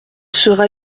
sera